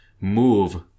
move